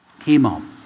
chemo